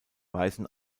weisen